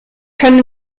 können